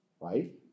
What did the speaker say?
right